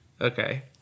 Okay